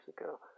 ago